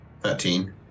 Thirteen